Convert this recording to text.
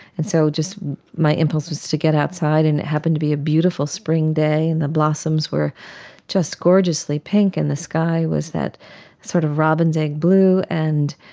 and so just my impulse was to get outside and it happened to be a beautiful spring day and the blossoms were just gorgeously pink and the sky was that sort of robin's egg blue. and